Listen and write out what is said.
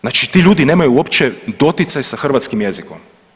Znači ti ljudi nemaju uopće doticaj sa hrvatskim jezikom.